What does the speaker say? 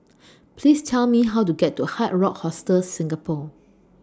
Please Tell Me How to get to Hard Rock Hostel Singapore